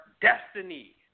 destiny